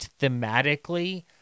thematically